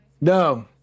No